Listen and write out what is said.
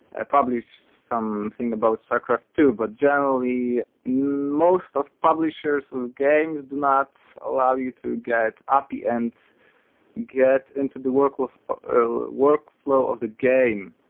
ah probably something about starcraft ii. but generally, most of publishers of games do not allow you to get api and get into the workflow of workflow of the game.